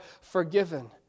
forgiven